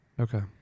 Okay